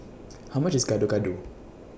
How much IS Gado Gado